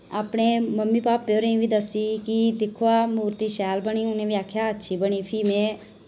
अपने मम्मी पापे होरें वि दस्सी कि दिक्खो आं मूर्ति शैल बनी उ'नै बी आखेआ अच्छी बनी फ्ही में